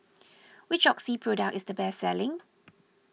which Oxy product is the best selling